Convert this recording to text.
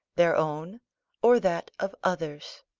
their own or that of others